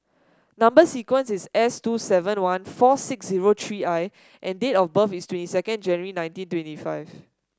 number sequence is S two seven one four six zero three I and date of birth is twenty second January nineteen twenty five